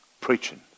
preaching